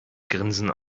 grinsen